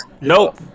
Nope